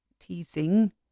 teasing